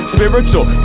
Spiritual